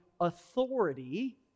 authority